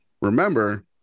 remember